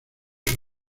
sus